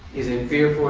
is in